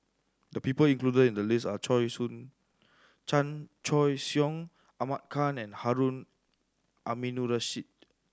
the people included in the list are Choy Soon Chan Choy Siong Ahmad Khan and Harun Aminurrashid